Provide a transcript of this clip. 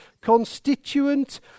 constituent